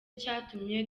cyatumye